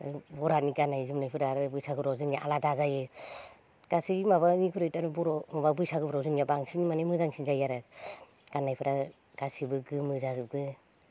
बर'हारिनि गाननाय जोमनाय फोरा आरो बैसागोफोराव जोंनि आलादा जायो गासै माबानिख्रुइ बर' माबा बैसागुफ्राव जोंनिया बांसिन माने मोजांसिन जायो आरो गाननायफोरा गासिबो गोमो जाजोबो